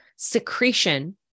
Secretion